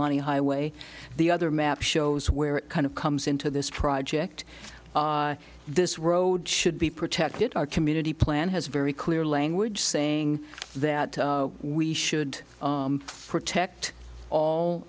highway the other map shows where it kind of comes into this project this road should be protected our community plan has very clear language saying that we should protect